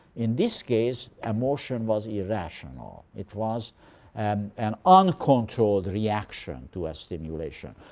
in this case emotion was irrational. it was and an uncontrolled reaction to a stimulation.